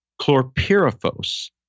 chlorpyrifos